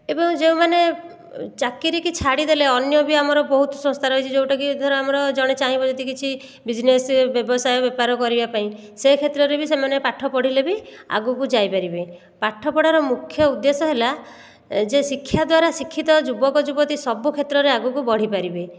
ଏବଂ ଯେଉଁମାନେ ଚାକିରିକି ଛାଡ଼ିଦେଲେ ଅନ୍ୟ ବି ଆମର ବହୁତ ସଂସ୍ଥା ରହିଛି ଯେଉଁଟାକି ଧର ଆମର ଜଣେ ଚାହିଁବ ଯଦି କିଛି ବିଜନେସ୍ ବ୍ୟବସାୟ ବେପାର କରିବାପାଇଁ ସେ କ୍ଷେତ୍ରରେ ବି ସେମାନେ ପାଠ ପଢ଼ିଲେ ବି ଆଗକୁ ଯାଇପାରିବେ ପାଠପଢ଼ାର ମୁଖ୍ୟ ଉଦ୍ଦେଶ୍ୟ ହେଲା ଯେ ଶିକ୍ଷା ଦ୍ୱାରା ଶିକ୍ଷିତ ଯୁବକ ଯୁବତୀ ସବୁ କ୍ଷେତ୍ରରେ ଆଗକୁ ବଢ଼ିପାରିବେ